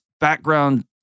background